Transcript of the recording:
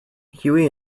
hughie